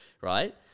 right